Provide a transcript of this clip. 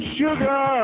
sugar